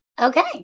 Okay